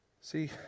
see